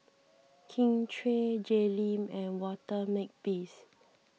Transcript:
Kin Chui Jay Lim and Walter Makepeace